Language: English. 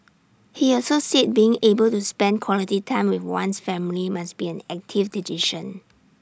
he also said being able to spend quality time with one's family must be an active decision